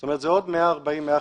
זאת אומרת, אלה עוד 150-140 עובדים.